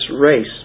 race